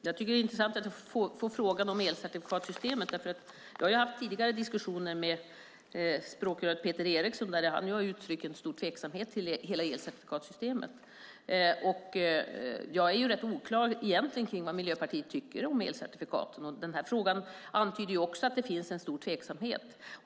Fru talman! Det är intressant att jag får frågan om elcertifikatssystemet. Jag har ju tidigare haft diskussioner med språkröret Peter Eriksson där han har uttryckt stor tveksamhet till hela elcertifikatssystemet. Jag är rätt osäker på vad Miljöpartiet egentligen tycker om elcertifikaten. Den här frågan antyder också att det finns en stor tveksamhet.